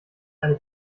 eine